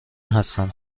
هستند